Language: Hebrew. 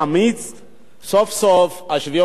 סוף-סוף השוויון בנטל יהיה,